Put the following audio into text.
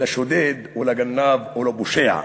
לשודד או לגנב או לפושע.